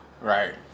right